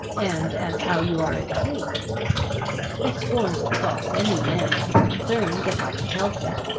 and as how you are in haste i scorns to cross any man in his concerns, if i can help it.